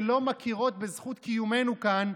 שלא מכירות בזכות קיומנו כאן,